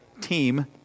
team